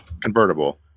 convertible